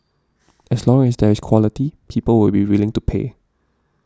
as long as there is quality people will be willing to pay